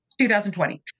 2020